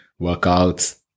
workouts